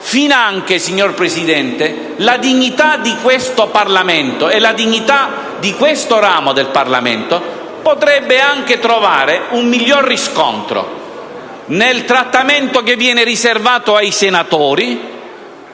Finanche, signor Presidente, la dignita di questo Parlamento e quella di questo ramo del Parlamento potrebbe anche trovare un miglior riscontro nel trattamento che viene riservato ai senatori